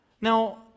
Now